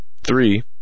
Three